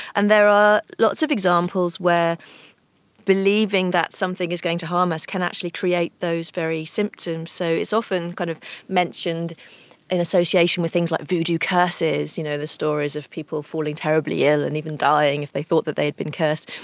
and there are lots of examples where believing that something is going to harm us can actually create those very symptoms. so it's often kind of mentioned in association with things like voodoo curses, you know, the stories of people falling terribly ill and even dying if they thought that they had been cursed.